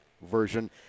version